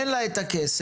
אין לה את הכסף,